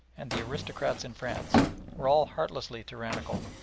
and the aristocrats in france were all heartlessly tyrannical,